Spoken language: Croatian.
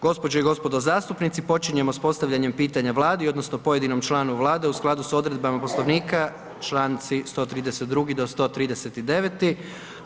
Gospođe i gospodo zastupnici, počinjemo s postavljanjem pitanja Vladi odnosno pojedinom članu Vlade u skladu s odredbama Poslovnika čl. 132. do čl. 139.